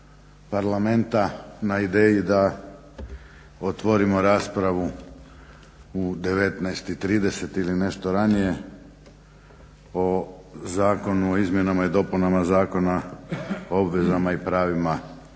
parlamenta na ideji da otvorimo raspravu u 19,30 ili nešto ranije o zakonu o izmjenama i dopunama o obvezama i pravima